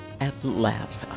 Atlanta